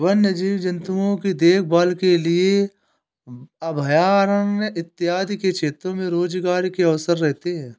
वन्य जीव जंतुओं की देखभाल के लिए अभयारण्य इत्यादि के क्षेत्र में रोजगार के अवसर रहते हैं